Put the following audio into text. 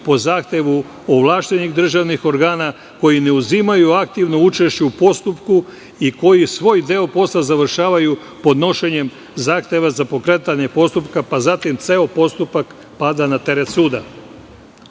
po zahtevu ovlašćenih državnih organa, koji ne uzimaju aktivno učešće u postupku i koji svoj deo posla završavaju podnošenjem zahteva za pokretanje postupka, pa zatim ceo postupak pada na teret